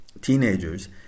teenagers